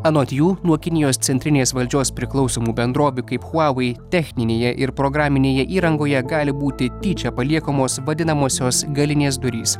anot jų nuo kinijos centrinės valdžios priklausomų bendrovių kaip huavei techninėje ir programinėje įrangoje gali būti tyčia paliekamos vadinamosios galinės durys